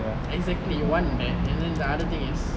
exactly one man and then the other thing is